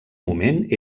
moment